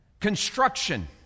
Construction